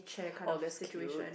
oh that's cute